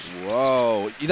Whoa